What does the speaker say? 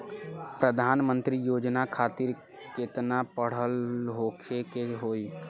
प्रधानमंत्री योजना खातिर केतना पढ़ल होखे के होई?